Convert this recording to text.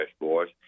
Boys